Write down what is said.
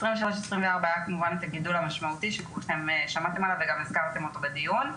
היה כמובן את הגידול המשמעותי שכולכם שמעתם עליו וגם הזכרתם אותו בדיון.